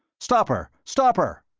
stop her, stop her!